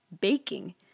baking